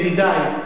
ידידי,